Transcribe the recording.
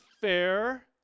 fair